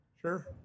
sure